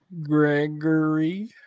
Gregory